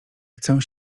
chcę